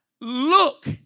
look